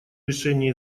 решение